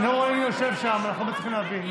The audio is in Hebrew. אני לא רואה מי יושב שם, אנחנו לא מצליחים להבין.